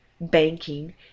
banking